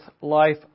life